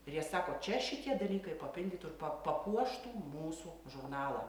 ir jie sako čia šitie dalykai papildytų ir pa papuoštų mūsų žurnalą